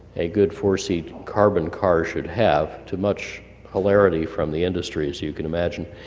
a good four-seat carbon car should have to much polarity from the industry as you can imagine.